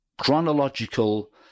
chronological